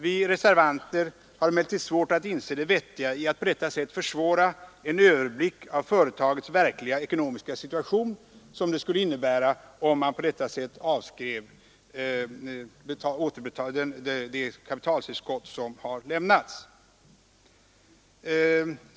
Vi reservanter har emellertid svårt att inse det vettiga i att försvåra en överblick av företagets verkliga ekonomiska situation, vilket skulle bli fallet om man på detta sätt avskrev det kapitaltillskott som har lämnats.